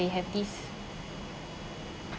they have this